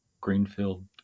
Greenfield